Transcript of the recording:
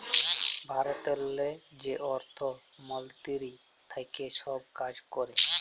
ভারতেরলে যে অর্থ মলতিরি থ্যাকে ছব কাজ ক্যরে